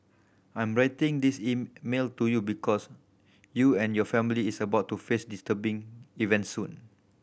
I'm writing this email to you because you and your family is about to face disturbing events soon